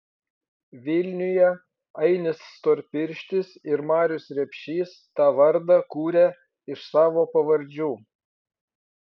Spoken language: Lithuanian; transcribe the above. vilniuje ainis storpirštis ir marius repšys tą vardą kuria iš savo pavardžių